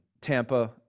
Tampa